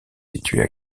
situées